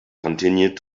continued